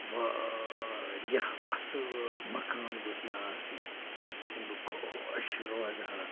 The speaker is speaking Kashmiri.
واریاہ اصۭل مَکان گوٚژھ مےٚ آسُن ییٚمہِ سۭتۍ بہٕ خۄش روزٕ ہا